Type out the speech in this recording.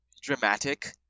dramatic